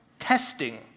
Testing